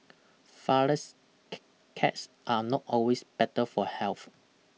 flourless cakes are not always better for health